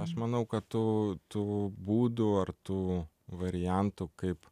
aš manau kad tų tų būdų ar tų variantų kaip